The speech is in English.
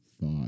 thought